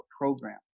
program